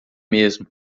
mesmo